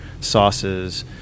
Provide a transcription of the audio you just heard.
sauces